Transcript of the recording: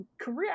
career